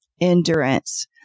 Endurance